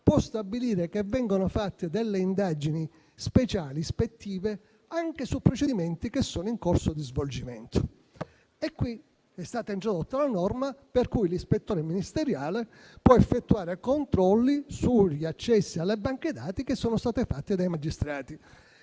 può stabilire che vengano fatte delle indagini ispettive speciali anche su procedimenti in corso di svolgimento. Qui è stata introdotta la norma per cui l'ispettore ministeriale può effettuare controlli sugli accessi alle banche dati che sono state fatte dai magistrati.